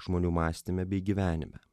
žmonių mąstyme bei gyvenime